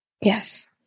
Yes